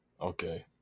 Okay